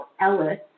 Ellis